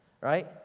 Right